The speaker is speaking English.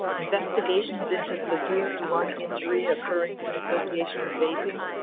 investigations into severe lung injury occurring in association with vaping.